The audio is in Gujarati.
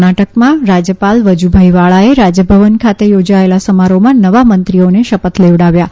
કર્ણાટકમાં રાજ્યપાલ વજુભાઈ વાળાએ રાજભવન ખાતે યોજાયેલા સમારોહમાં નવા મંત્રીઓને શપથ લેવડાવ્યા હતા